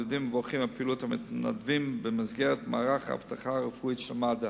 ב"איחוד הצלה" טוענים שזה חלק ממסע של מגן-דוד-אדום נגדם.